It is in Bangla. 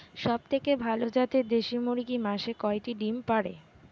সবথেকে ভালো জাতের দেশি মুরগি মাসে কয়টি ডিম পাড়ে?